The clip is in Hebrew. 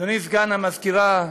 אדוני סגן המזכירה,